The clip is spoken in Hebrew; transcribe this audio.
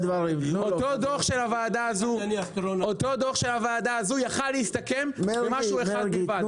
אותו דוח של הוועדה הזו יכול להסתכם במשהו אחד בלבד --- מרגי,